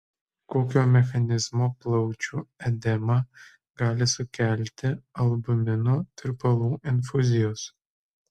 kokio mechanizmo plaučių edemą gali sukelti albumino tirpalų infuzijos